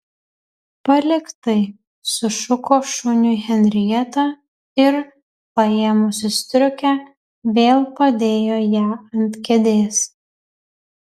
palik tai sušuko šuniui henrieta ir paėmusi striukę vėl padėjo ją ant kėdės